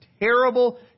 terrible